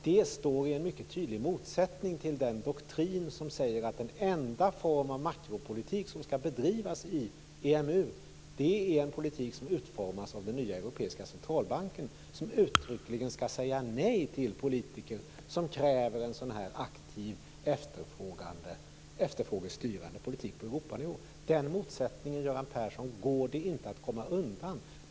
Det står i mycket tydlig motsättning till den doktrin som säger att den enda form av makropolitik som skall bedrivas i EMU är en politik som utformas av den nya europeiska centralbanken, som uttryckligen skall säga nej till politiker som kräver en aktiv efterfrågestyrande politik på Europanivå. Den motsättningen går det inte att komma undan, Göran Persson.